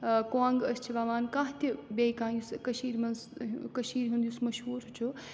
کۄنٛگ أسۍ چھِ وَوان کانٛہہ تہِ بیٚیہِ کانٛہہ یُس کٔشیٖر منٛز کٔشیٖرِ ہُنٛد یُس مشہوٗر چھُ